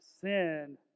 Sin